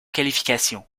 qualification